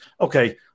okay